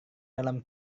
dalam